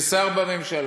יש שר בממשלה,